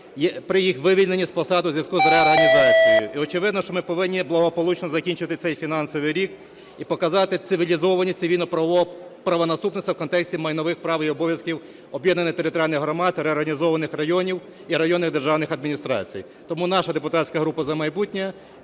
при їх вивільненні з посади у зв'язку з реорганізацією. І очевидно, що ми повинні благополучно закінчити цей фінансовий рік і показати цивілізованість цивільно-правового правонаступництва у контексті майнових прав і обов'язків об'єднаних територіальних громад, реорганізованих районів і районних державних адміністрацій. Тому наша депутатська група "За майбутнє"